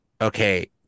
okay